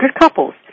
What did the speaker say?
couples